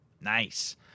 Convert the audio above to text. Nice